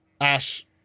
Ash